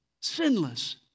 sinless